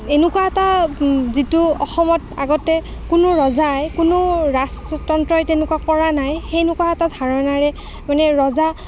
এনেকুৱা এটা যিটো অসমত আগতে কোনো ৰজাই কোনো ৰাজতন্ত্ৰই তেনেকুৱা কৰা নাই সেনেকুৱা এটা ধাৰণাৰে মানে ৰজা